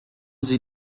sie